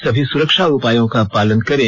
सभी सुरक्षा उपायों का पालन करें